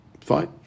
Fine